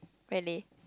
really